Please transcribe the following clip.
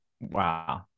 Wow